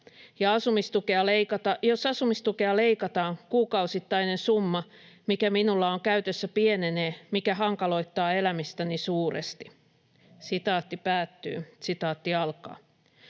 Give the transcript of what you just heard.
Jos asumistukea leikataan, kuukausittainen summa, mikä minulla on käytössä, pienenee, mikä hankaloittaa elämistäni suuresti." "Olen opiskelija ja